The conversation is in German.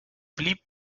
blieb